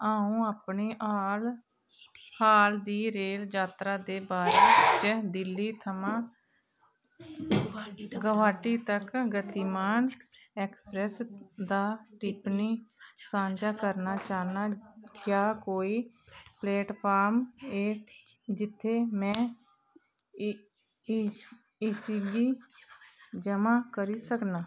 अ'ऊं अपनी हाल हाल दी रेल जात्तरा दे बारै च दिल्ली थमां गोवाहाटी तक गतिमान एक्सप्रेस दा टिप्पणी सांझा करना चाह्न्नां क्या कोई प्लेटफॉर्म ऐ जि'त्थें में इसगी ज'मा करी सकना